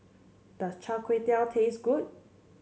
does Char Kway Teow taste good